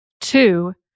Two